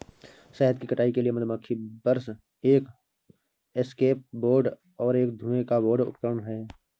शहद की कटाई के लिए मधुमक्खी ब्रश एक एस्केप बोर्ड और एक धुएं का बोर्ड उपकरण हैं